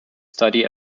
study